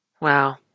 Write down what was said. Wow